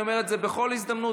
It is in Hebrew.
אני אומר את זה בכל הזדמנות,